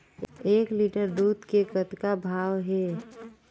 एक लिटर दूध के कतका भाव हे?